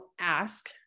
ask